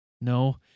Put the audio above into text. No